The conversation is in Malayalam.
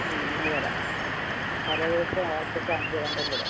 അത് തരാം തലേ ദിവസം ഓർമിപ്പിച്ചാൽ മതി രണ്ടും കൂടെ